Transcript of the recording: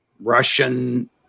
Russian